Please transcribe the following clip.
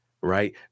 right